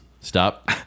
stop